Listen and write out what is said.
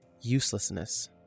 uselessness